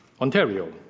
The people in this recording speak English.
Ontario